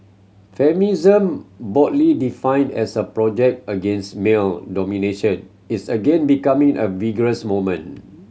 feminism broadly defined as a project against male domination is again becoming a vigorous movement